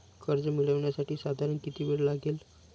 कर्ज मिळविण्यासाठी साधारण किती वेळ लागेल?